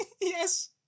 Yes